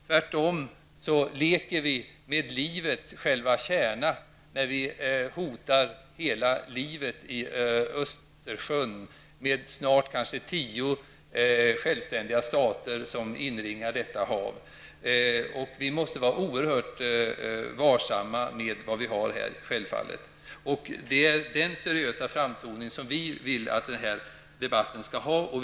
Tvärtom leker vi med livets själva kärna, när vi hotar livet i Östersjön, med snart tio självständiga stater som omringar detta hav. Vi måste självfallet vara oerhört varsamma. Det är denna seriösa framtoning som vi ville att debatten skulle ha.